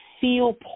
feel